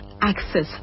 access